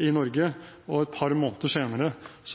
et par måneder senere